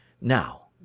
Now